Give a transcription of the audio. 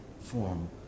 form